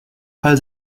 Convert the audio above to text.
fall